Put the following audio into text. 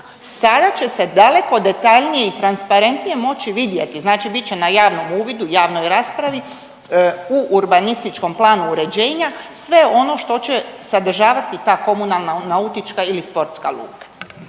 Sada će se daleko detaljnije i transparentnije moći vidjeti znači bit će na javnom uvidu, javnoj raspravi u urbanističkom planu uređenja sve ono što će sadržavati ta komunalna nautička ili sportska luka.